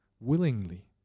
willingly